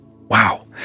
wow